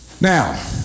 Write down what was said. Now